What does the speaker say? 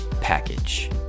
package